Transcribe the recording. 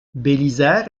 bélisaire